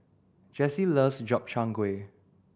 Jessye loves Gobchang Gui